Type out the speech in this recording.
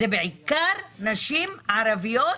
אלה בעיקר נשים ערביות